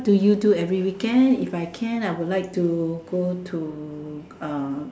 do you do every weekend if I can I would like to go to uh